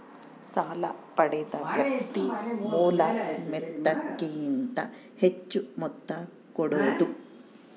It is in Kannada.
ಸಾಲ ಪಡೆದ ವ್ಯಕ್ತಿ ಮೂಲ ಮೊತ್ತಕ್ಕಿಂತ ಹೆಚ್ಹು ಮೊತ್ತ ಕೊಡೋದು